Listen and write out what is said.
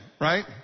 right